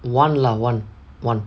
one lah one one